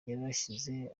yarashyize